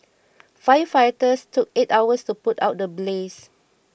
firefighters took eight hours to put out the blaze